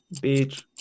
Beach